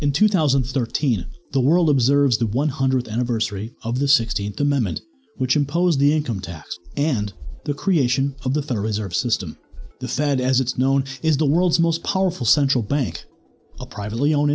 two thousand and thirteen the world observes the one hundredth anniversary of the sixteenth amendment which imposed the income tax and the creation of the federal reserve system the fed as it's known is the world's most powerful central bank a privately owned